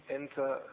enter